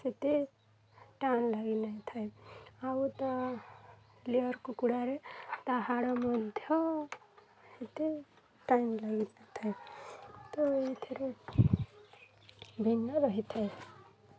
ସେତେ ଟାଇମ୍ ଲାଗି ନାଇଁଥାଏ ଆଉ ତା' ଲେୟର୍ କୁକୁଡ଼ାରେ ତା' ହାଡ଼ ମଧ୍ୟ ଏତେ ଟାଇମ୍ ଲାଗି ନାଇଁଥାଏ ତ ଏଇଥିରେ ଭିନ୍ନ ରହିଥାଏ